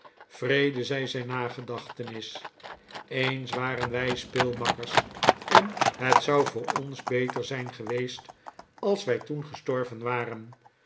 vrede zij zijn nagedachtenis eens waren wij speelmakkers en het zou voor ons beter zijn geweest als wij toen gestorven waren